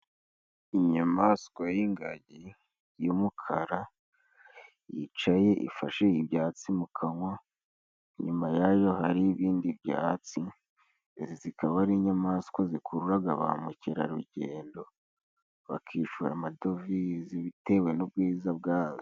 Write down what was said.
Inyamaswa y'ingagi y'umukara yicaye ifashe ibyatsi mu kanwa inyuma yayo hari ibindi byatsi. Izi zikaba ari inyamaswa zikururaga ba mukerarugendo bakishura amadovi zibitewe n'ubwiza bwazo.